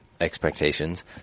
expectations